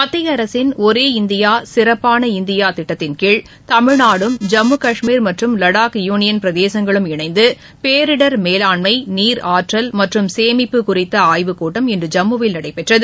மத்திய அரசின் ஒரே இந்தியா சிறப்பான இந்தியா திட்டத்தின்கீழ் தமிழ்நாடும் ஜம்மு காஷ்மீர் மற்றும் லடாக் யூனியன் பிரதேசங்கள் இணைந்து பேரிடர் மேலாண்மை நீர் ஆற்றல் மற்றும் சேமிப்பு குறித்த ஆய்வுக்கூட்டம் இன்று ஜம்முவில் நடைபெற்றது